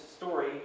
story